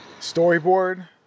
storyboard